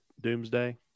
doomsday